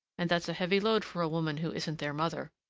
and that's a heavy load for a woman who isn't their mother!